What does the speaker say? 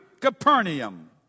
Capernaum